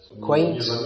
Quaint